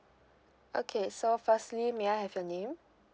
okay so firstly may I have your name